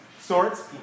sorts